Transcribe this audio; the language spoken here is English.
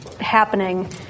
happening